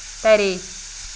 ترے